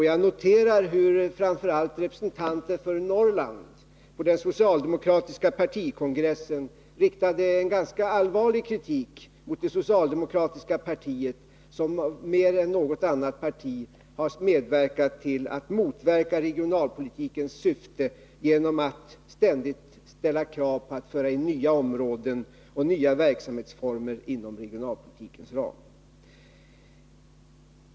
Jag noterade hur framför allt representanter för Norrland på den socialdemokratisk riktade ganska allvarlig kritik mot det socialdemokrati ka partiet, som mer än något annat parti motverkat regionalpolitikens s ändigt ställa krav på att nya områden och nya verksamhetsformer skall föras in inom regionalpolitikens ram.